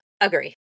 Agree